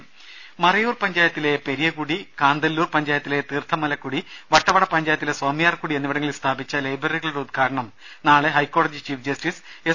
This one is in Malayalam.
രുര മറയൂർ പഞ്ചായത്തിലെ പെരിയകുടി കാന്തല്ലൂർ പഞ്ചായത്തിലെ തീർഥമലക്കുടി വട്ടവട പഞ്ചായത്തിലെ സ്വാമിയാർ കുടി എന്നിവിടങ്ങളിൽ സ്ഥാപിച്ച ലൈബ്രറികളുടെ ഉദ്ഘാടനം നാളെ ഹൈക്കോടതി ചീഫ് ജസ്റ്റിസ് എസ്